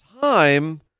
time